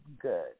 good